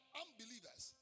unbelievers